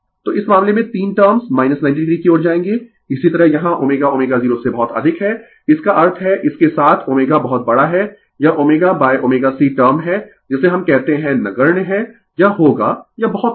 तो इस मामले में 3 टर्म 90o की ओर जायेंगें इसी तरह यहाँ ω ω0 से बहुत अधिक है इसका अर्थ है इसके साथ ω बहुत बड़ा है यह ω ωC टर्म है जिसे हम कहते है नगण्य है यह होगा यह बहुत कम है